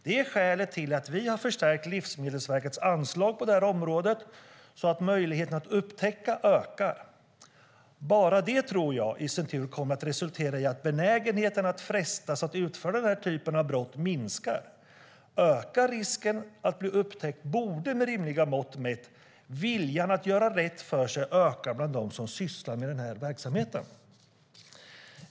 Det är skälet till att vi har förstärkt Livsmedelsverkets anslag på det här området, så att möjligheten att upptäcka ökar. Bara det tror jag, i sin tur, kommer att resultera i att benägenheten att frestas att utföra den här typen av brott minskar. Ökar risken att bli upptäckt borde, med rimliga mått mätt, viljan att göra rätt för sig öka bland dem som sysslar med den här verksamheten."